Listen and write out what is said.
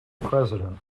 president